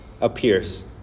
appears